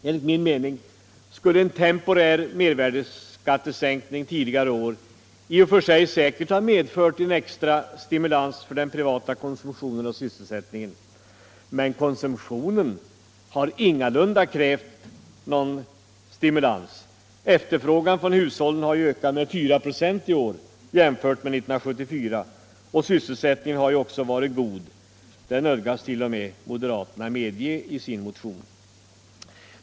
Enligt min mening skulle en temporär mervärdeskattesänkning tidigare i år i och för sig säkert ha medfört en extra stimulans för den privata konsumtionen och sysselsättningen, men konsumtionen har ingalunda krävt någon stimulans. Efterfrågan från hushållen har ökat med 4 96 i år jämfört med 1974, och sysselsättningen har också varit god — det nödgas t.o.m. moderaterna medge i sin motion.